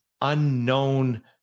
unknown